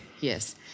Yes